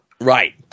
Right